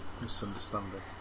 misunderstanding